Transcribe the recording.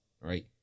right